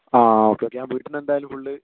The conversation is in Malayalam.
ആ ഓക്കെ ഓക്കെ ഞാൻ വീട്ടിലെന്തായാലും ഫുള്ള്